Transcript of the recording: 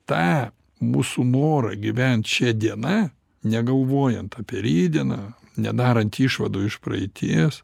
tą mūsų norą gyvent šia diena negalvojant apie rytdieną nedarant išvadų iš praeities